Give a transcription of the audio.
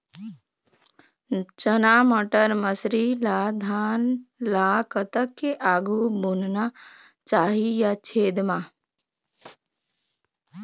चना बटर मसरी ला धान ला कतक के आघु बुनना चाही या छेद मां?